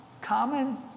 Common